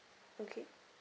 okay